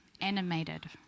animated